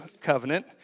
covenant